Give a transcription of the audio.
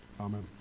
Amen